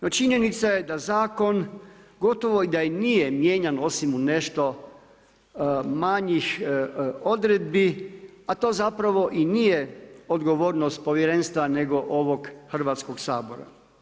No, činjenica je da zakon gotovo da i nije mijenjan osim u nešto manjih odredbi, a to zapravo i nije odgovornost povjerenstva, nego ovog Hrvatskog sabora.